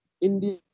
India